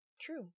True